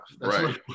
Right